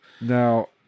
Now